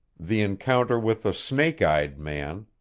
the encounter with the snake-eyed man,